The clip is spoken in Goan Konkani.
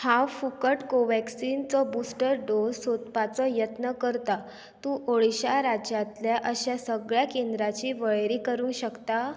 हांव फुकट कोव्हॅक्सिनचो बुस्टर डोस सोदपाचो यत्न करतां तूं ओडिशा राज्यांतल्या अशा सगळ्या केंद्रांची वळेरी करूंक शकता